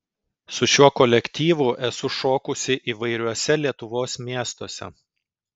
su šiuo kolektyvu esu šokusi įvairiuose lietuvos miestuose